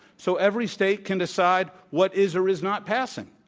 so every state can decide what is or is not passing.